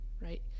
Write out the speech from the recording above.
Right